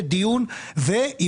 תמיכה,